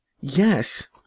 Yes